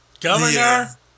Governor